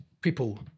people